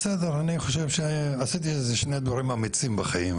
אני חושב שעשיתי שני דברים אמיצים בחיים.